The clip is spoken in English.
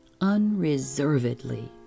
unreservedly